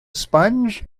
sponge